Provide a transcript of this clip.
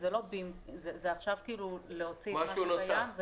זה עכשיו להוציא את מה שקיים.